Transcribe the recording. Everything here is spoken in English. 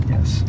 Yes